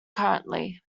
currently